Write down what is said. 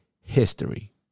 history